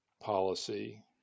policy